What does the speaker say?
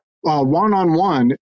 one-on-one